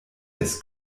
des